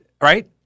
right